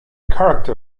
character